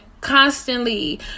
constantly